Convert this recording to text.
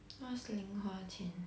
what's 零花钱